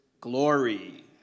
glory